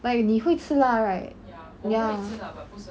but 你会吃辣 right ya